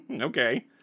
Okay